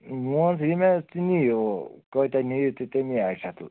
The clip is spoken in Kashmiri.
وۅنۍ حظ ییٚمہِ آیہِ تُہۍ نِیو کٲتیاہ نِیِو تہٕ تٔمی آیہِ چھِ اَتھ